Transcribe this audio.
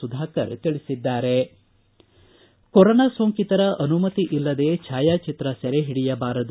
ಸುಧಾಕರ್ ತಿಳಿಸಿದ್ದಾರೆ ಕೊರೊನಾ ಸೋಂಕಿತರ ಅನುಮತಿ ಇಲ್ಲದೇ ಛಾಯಾಚಿತ್ರ ಸೆರೆ ಹಿಡಿಯಬಾರದು